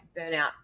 burnout